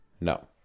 No